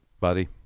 Buddy